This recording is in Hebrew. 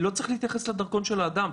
לא צריך להתייחס לדרכון של האדם,